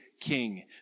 king